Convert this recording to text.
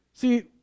See